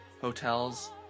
hotels